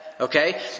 okay